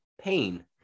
pain